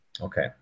okay